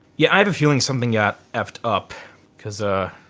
yeah i have a feeling something yeah effed up cause, ah